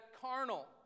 carnal